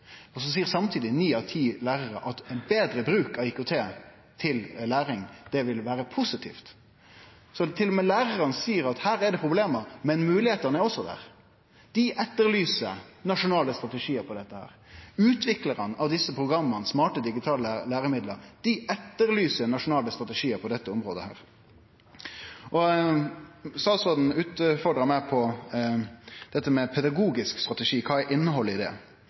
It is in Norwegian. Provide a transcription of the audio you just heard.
seier ni av ti lærarar at ein betre bruk av IKT til læring ville vere positivt. Så til og med lærarane seier at her er det problem, men moglegheitene er også der. Dei etterlyser nasjonale strategiar på dette området. Utviklarane av desse programma, smarte digitale læremiddel, etterlyser nasjonale strategiar på dette området. Statsråden utfordra meg på dette med pedagogisk strategi, kva innhaldet er i det.